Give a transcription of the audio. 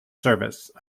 service